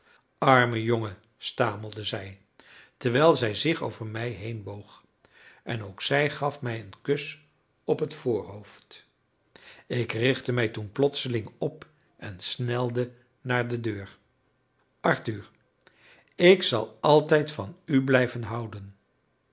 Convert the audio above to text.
arme jongen stamelde zij terwijl zij zich over mij heenboog en ook zij gaf mij een kus op het voorhoofd ik richtte mij toen plotseling op en snelde naar de deur arthur ik zal altijd van u blijven houden